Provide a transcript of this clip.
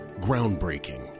Groundbreaking